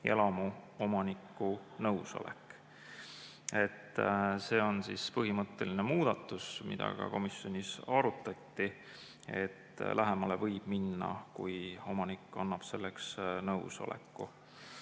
elamu omaniku nõusolek. See on põhimõtteline muudatus, mida ka komisjonis arutati, et lähemale võib minna, kui omanik annab selleks nõusoleku.